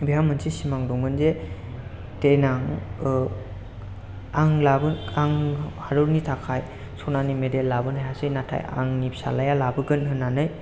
बिहा मोनसे सिमां दंमोनदि देनां आं लाबोनो आं हादरनि थाखाय सनानि मेडेल लाबोनो हायासै नाथाय आंनि फिसालाया लाबोगोन होननानै